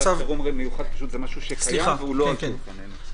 מצב חירום מיוחד זה משהו שקיים והוא לא על שולחננו.